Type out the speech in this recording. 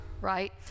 right